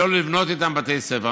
לבנות איתם בתי ספר.